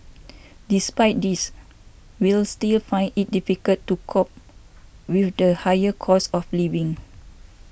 despite this we'll still find it difficult to cope with the higher cost of living